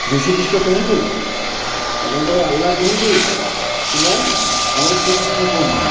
ଯୀଶୁଖ୍ରୀଷ୍ଟ କୁହନ୍ତୁ ଆପଣଙ୍କର ଆହ୍ଲା କୁହନ୍ତୁ କିମ୍ବା ଆମକୁ ଶ୍ରୀକୃଷ୍ଣ କୁହନ୍ତୁ